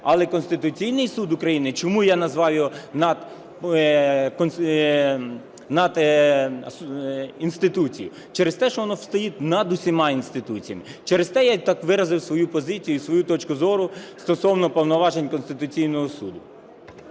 Але Конституційний Суд України, чому я назвав його надінституцією, через те, що він стоїть над усіма інституціями. Через те я так виразив свою позицію і свою точку зору стосовно повноважень Конституційного Суду.